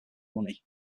money